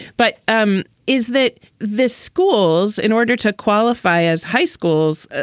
but um is that this schools, in order to qualify as high schools,